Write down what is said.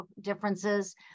differences